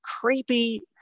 creepy